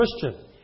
Christian